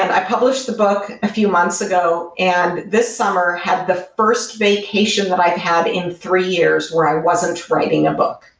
i published the book a few months ago, and this summer had the first vacation that i've had in three years where i wasn't writing a book.